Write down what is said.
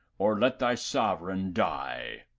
or let thy sovereign die.